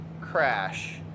crash